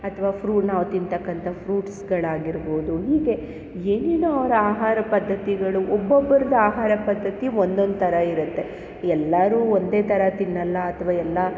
ಅಥವಾ ಫ್ರೂ ನಾವು ತಿಂತಕ್ಕಂಥ ಫ್ರೂಟ್ಸ್ಗಳಾಗಿರ್ಬೋದು ಹೀಗೆ ಏನೇನೋ ಅವರ ಆಹಾರ ಪದ್ದತಿಗಳು ಒಬ್ಬೊಬ್ಬರ್ದು ಆಹಾರ ಪದ್ದತಿ ಒಂದೊಂದು ಥರ ಇರುತ್ತೆ ಎಲ್ಲರೂ ಒಂದೇ ಥರ ತಿನ್ನಲ್ಲ ಅಥವಾ ಎಲ್ಲಾ